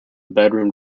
bedroom